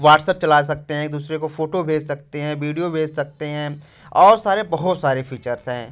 WhatsApp चला सकते हैं एक दूसरे को फ़ोटो भेज सकते हैं बीडियो भेज सकते हैं और सारे बहुत सारे फ़ीचर्स हैं